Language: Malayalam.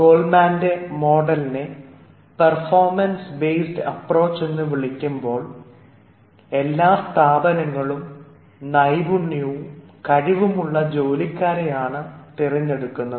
ഗോൽമാന്റെ മോഡലിനെ പെർഫോമൻസ് ബേസ്ഡ് അപ്പ്രോച് എന്ന് വിളിക്കുമ്പോൾ എല്ലാ സ്ഥാപനങ്ങളും നൈപുണ്യവും കഴിവുമുള്ള ജോലിക്കാരെയാണ് തിരഞ്ഞെടുക്കുന്നത്